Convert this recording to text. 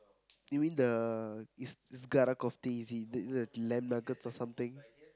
you mean the is is is it the the land nuggets or something